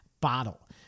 bottle